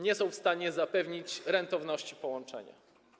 nie są w stanie zapewnić rentowności połączenia.